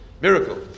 Miracle